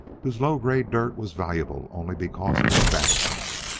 whose low-grade dirt was valuable only because of its vastness.